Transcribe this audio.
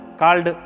called